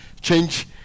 Change